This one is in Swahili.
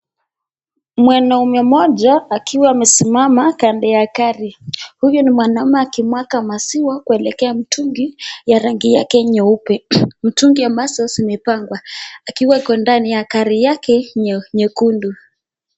Mwanaume moja akiwa amesimama kando ya gari. Huyu ni mwanaume akimwaga maziwa kuelekea mtungi ya rangi yake nyeupe. Mtungi ambazo zimepangwa akiwa iko ndani ya gari yake nyekundu.